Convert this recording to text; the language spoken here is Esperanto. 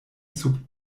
sub